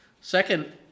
Second